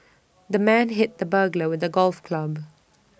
the man hit the burglar with A golf club